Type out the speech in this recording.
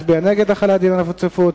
מצביע נגד החלת דין רציפות.